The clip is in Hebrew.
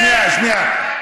שנייה, שנייה.